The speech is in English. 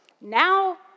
Now